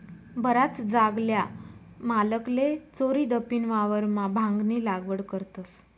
बराच जागल्या मालकले चोरीदपीन वावरमा भांगनी लागवड करतस